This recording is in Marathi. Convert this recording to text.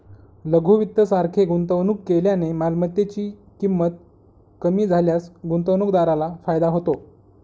लघु वित्त सारखे गुंतवणूक केल्याने मालमत्तेची ची किंमत कमी झाल्यास गुंतवणूकदाराला फायदा होतो